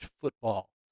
football